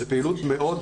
זאת פעילות מאוד